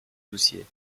doucier